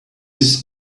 this